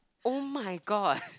oh-my-god